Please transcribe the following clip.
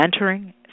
mentoring